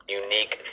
unique